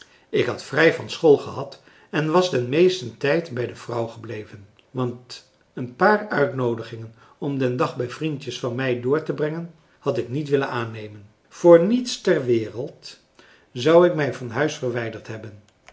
ik had vrij van school gehad en was den meesten tijd bij de vrouw gebleven want een paar uitnoodigingen om den dag bij vriendjes van mij door te brengen had ik niet willen aannemen voor niets ter wereld zou ik mij van huis verwijderd hebben